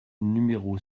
numéro